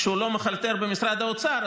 כשהוא לא מחלטר במשרד האוצר,